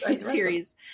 series